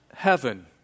heaven